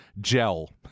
gel